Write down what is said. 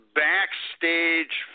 backstage